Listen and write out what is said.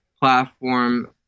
platform